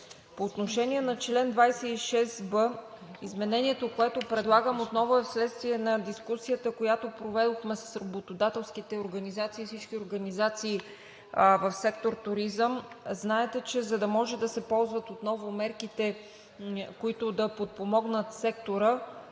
По отношение на чл. 26б изменението, което предлагам отново е вследствие на дискусията, която проведохме с работодателските организации и всички организации в сектор „Туризъм“. Знаете, че за да може да се ползват отново мерките, които да подпомогнат сектора,